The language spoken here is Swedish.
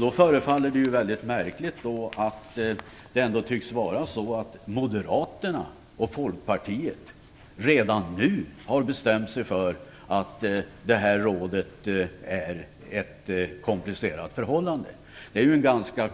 Det är väldigt märkligt att Moderaterna och Folkpartiet redan nu tycks har bestämt sig för att det är ett komplicerat förhållande för rådet. Det är en ganska